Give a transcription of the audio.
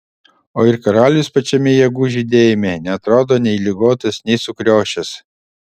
o ir karalius pačiame jėgų žydėjime neatrodo nei ligotas nei sukriošęs